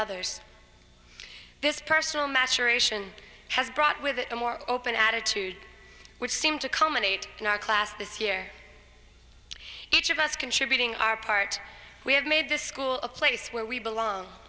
others this personal maturation has brought with it a more open attitude which seemed to culminate in our class this year each of us contributing our part we have made this school a place where we belong